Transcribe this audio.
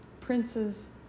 princes